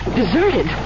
deserted